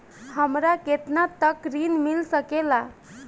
हमरा केतना तक ऋण मिल सके ला?